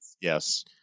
yes